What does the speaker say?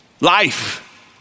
Life